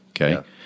Okay